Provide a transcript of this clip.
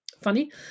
funny